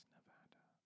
Nevada